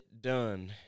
done